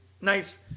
nice